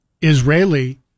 Israeli